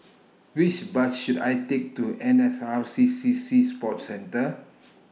Which Bus should I Take to N S R C C Sea Sports Centre